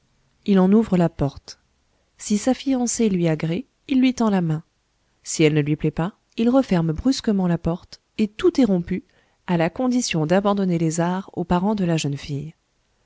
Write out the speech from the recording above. il en ouvre la porte si sa fiancée lui agrée il lui tend la main si elle ne lui plait pas il referme brusquement la porte et tout est rompu à la condition d'abandonner les arrhes aux parents de la jeune fille